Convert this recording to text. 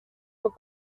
were